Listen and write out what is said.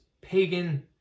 pagan